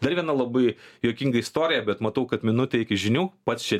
dar viena labai juokinga istorija bet matau kad minutė iki žinių pats čia